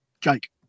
Jake